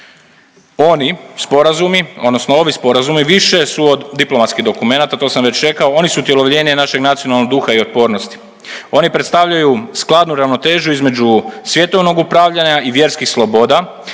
Oni sporazumi odnosno ovi sporazumi više su od diplomatskih dokumenata, to sam već rekao, oni su utjelovljenje našeg nacionalnog duha i otpornosti, oni predstavljaju skladnu ravnotežu između svjetovnog upravljanja i vjerskih sloboda,